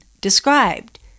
described